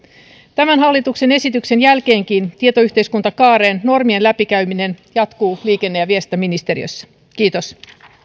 tämän hallituksen esityksen jälkeenkin tietoyhteiskuntakaaren normien läpikäyminen jatkuu liikenne ja viestintäministeriössä kiitos